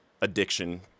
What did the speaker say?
addiction